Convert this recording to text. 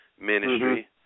ministry